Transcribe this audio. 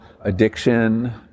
addiction